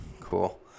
Cool